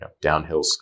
downhill